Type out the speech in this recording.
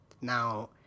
now